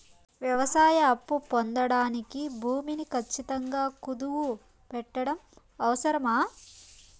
వ్యవసాయ అప్పు పొందడానికి భూమిని ఖచ్చితంగా కుదువు పెట్టడం అవసరమా?